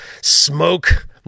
smoke